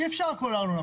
אי אפשר הכול על הארנונה.